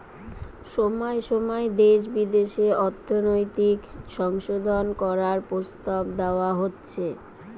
সময় সময় দেশে বিদেশে অর্থনৈতিক সংশোধন করার প্রস্তাব দেওয়া হচ্ছে